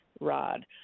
rod